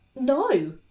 No